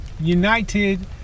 United